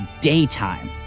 daytime